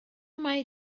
mai